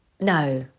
no